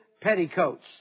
petticoats